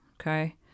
okay